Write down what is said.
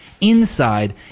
inside